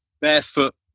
barefoot